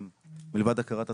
מלבד הכרת הטוב,